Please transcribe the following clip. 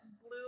blue